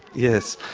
yes,